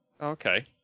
Okay